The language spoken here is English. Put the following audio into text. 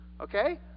okay